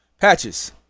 Patches